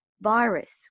virus